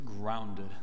grounded